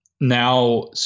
Now